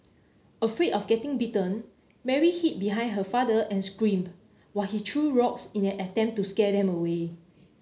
afraid of getting bitten Mary hid behind her father and screamed while he threw rocks in an attempt to scare them away